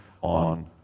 on